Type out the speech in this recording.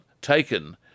taken